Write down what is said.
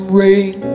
rain